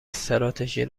استراتژی